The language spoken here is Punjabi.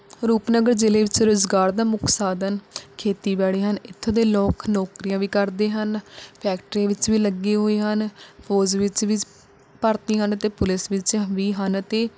ਰੂਪਨਗਰ ਜ਼ਿਲ੍ਹੇ ਵਿੱਚ ਰੋਜ਼ਗਾਰ ਦਾ ਮੁੱਖ ਸਾਧਨ ਖੇਤੀਬਾੜੀ ਹਨ ਇੱਥੋਂ ਦੇ ਲੋਕ ਨੌਕਰੀਆਂ ਵੀ ਕਰਦੇ ਹਨ ਫੈਕਟਰੀਆਂ ਵਿੱਚ ਵੀ ਲੱਗੇ ਹੋਏ ਹਨ ਫ਼ੌਜ ਵਿੱਚ ਵੀ ਭਰਤੀ ਹਨ ਅਤੇ ਪੁਲਿਸ ਵਿੱਚ ਵੀ ਹਨ ਅਤੇ